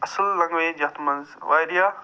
اصٕل لنٛگویج یَتھ یَتھ منٛز وارِیاہ